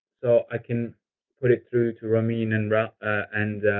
so i can put it through to ramine and and